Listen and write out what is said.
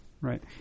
Right